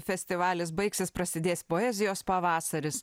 festivalis baigsis prasidės poezijos pavasaris